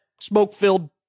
smoke-filled